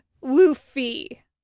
Luffy